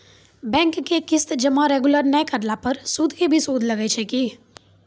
Bank के किस्त जमा रेगुलर नै करला पर सुद के भी सुद लागै छै कि?